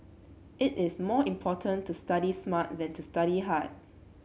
it is more important to study smart than to study hard